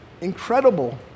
incredible